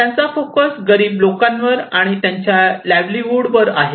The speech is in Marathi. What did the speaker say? त्यांचा फोकस गरीब लोकांवर आणि त्यांच्या लाईव्हलीहूड वर आहे